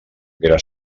gra